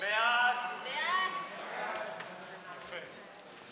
ההצעה להעביר את הצעת חוק הבטחת הכנסה (תיקון,